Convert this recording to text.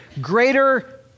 greater